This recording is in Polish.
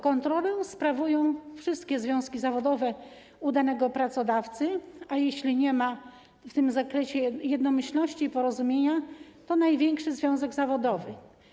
Kontrolę sprawują wszystkie związki zawodowe u danego pracodawcy, a jeśli nie ma w tym zakresie jednomyślności i porozumienia, to największy związek zawodowy.